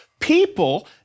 people